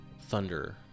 thunder